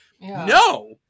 No